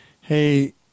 hey